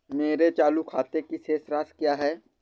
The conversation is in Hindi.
मेरे चालू खाते की शेष राशि क्या है?